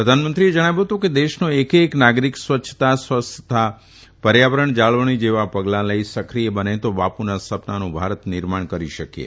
પ્રધાનમંત્રીએ જણાવ્યું હતું કે દેશનો એક એક નાગરિક સ્વચ્છતા સ્વસ્થતા પર્યાવરણ જાળવણી જેવા પગલાં લઇ સક્રિય બને તો બાપુના સપનાનું ભારત નિર્માણ કરી શકીએ